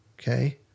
okay